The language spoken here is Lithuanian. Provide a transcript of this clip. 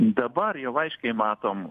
dabar jau aiškiai matom